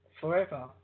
forever